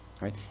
right